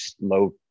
low